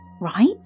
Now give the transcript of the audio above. right